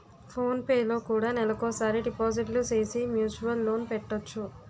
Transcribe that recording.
phone పేలో కూడా నెలకోసారి డిపాజిట్లు సేసి మ్యూచువల్ లోన్ పెట్టొచ్చు